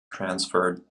transferred